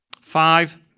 Five